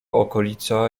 okolica